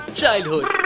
childhood